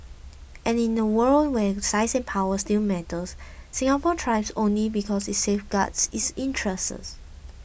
and in the world where size and power still matter Singapore thrives only because it safeguards its interests